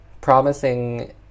promising